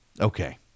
Okay